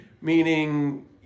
Meaning